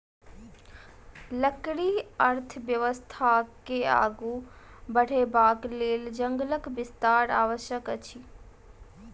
लकड़ी अर्थव्यवस्था के आगू बढ़यबाक लेल जंगलक विस्तार आवश्यक अछि